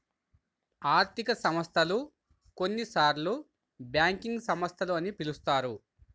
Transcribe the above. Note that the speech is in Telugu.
ఆర్థిక సంస్థలు, కొన్నిసార్లుబ్యాంకింగ్ సంస్థలు అని పిలుస్తారు